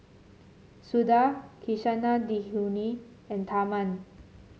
Suda Kasinadhuni and Tharman